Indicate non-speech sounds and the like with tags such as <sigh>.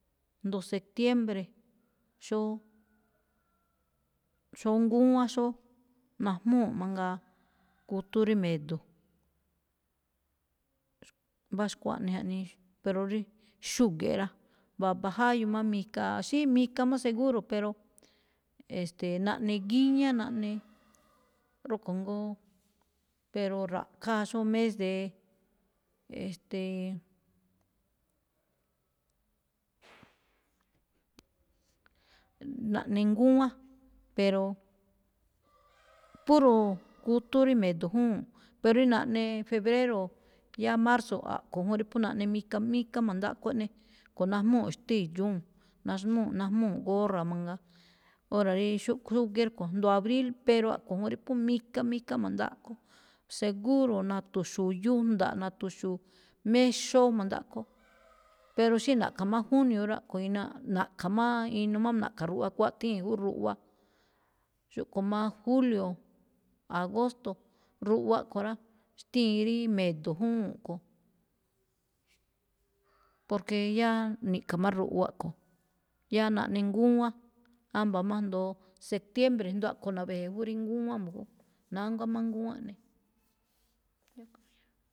Jndo septiembre xóó, <noise> xóó ngúwán xóó, najmúu̱ mangaa <noise> kutóon rí me̱do̱. <hesitation> mbá xkuaꞌnii jaꞌnii. Pero rí xúge̱ꞌ rá, vaba jáyu má mikaa, xíí mika má seguro, pero e̱ste̱e̱ naꞌne gíñá, <noise> naꞌne, rúꞌkho̱ jngóó, pero ra̱ꞌkháa xóo mes de, e̱ste̱e̱. <hesitation> <noise> naꞌne ngúwán, pero <noise> puro kutóon rí me̱do̱ júwúu̱nꞌ, pero rí naꞌne febrero, yáá marzo, a̱ꞌkho̱ juun rí phú naꞌne mika, mika ma̱ndaꞌkho eꞌne, a̱ꞌkho̱ najmúu̱ xtédxúu̱n, najmúu̱, najmúu̱ gorra mangaa. Óra̱ rí xúꞌkho̱ xúgíí rúꞌkho̱ ajndo abril, pero aꞌkho̱ juun rí phú mika, mika ma̱ndaꞌkho. Seguro na̱tu̱xu̱u̱ yujnda̱ꞌ, na̱tu̱xu̱u̱, mexoo ma̱ndaꞌkho, <noise> pero xí na̱ꞌkha má junio rá, a̱ꞌkho̱ rí naꞌ-na̱ꞌkha̱ máá, inu má na̱ꞌkha̱ ruꞌwa, kuáꞌthíi̱n jú ruꞌwa. Xúꞌkho̱ má julio, agosto, ruꞌwa kho̱ rá, xtíin rí medo̱ júwúu̱n kho̱. <noise> porque yáá ni̱ꞌkha̱ má ruꞌwa kho̱, yáá naꞌne ngúwán, ámba̱ má jndoo septiembre, jndo a̱ꞌkhue̱n na̱ve̱je̱ jú rí ngúwán mbu̱jú, nánguá má ngúwán eꞌne. <noise>